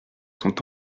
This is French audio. sont